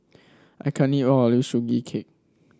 I can't eat all Sugee Cake